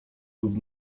rów